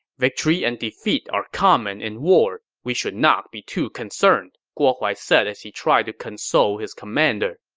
victory and defeat are common in war we should not be too concerned, guo huai said as he tried to console his commander.